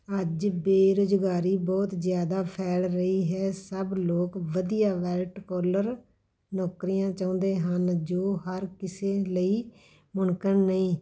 ਅੱਜ ਬੇਰੁਜ਼ਗਾਰੀ ਬਹੁਤ ਜ਼ਿਆਦਾ ਫੈਲ ਰਹੀ ਹੈ ਸਭ ਲੋਕ ਵਧੀਆ ਵਾਇਟ ਕਾਲਰ ਨੌਕਰੀਆਂ ਚਾਹੁੰਦੇ ਹਨ ਜੋ ਹਰ ਕਿਸੇ ਲਈ ਮੁਮਕਿਨ ਨਹੀਂ